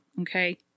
Okay